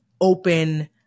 open